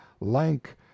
lank